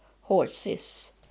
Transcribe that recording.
horses